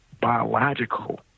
biological